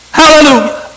hallelujah